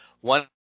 one